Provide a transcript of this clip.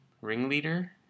ringleader